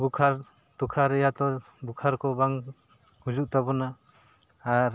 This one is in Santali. ᱵᱩᱠᱷᱟᱨ ᱛᱩᱠᱷᱟᱨ ᱨᱮᱭᱟᱜ ᱛᱚ ᱵᱩᱠᱟᱨ ᱠᱚ ᱵᱟᱝ ᱦᱤᱡᱩᱜ ᱛᱟᱵᱚᱱᱟ ᱟᱨ